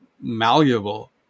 malleable